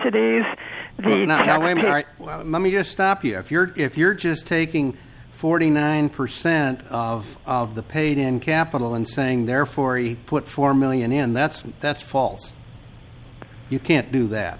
today's the you know let me just stop you if you're if you're just taking forty nine percent of the paid in capital and saying therefore he put four million in that's that's false you can't do that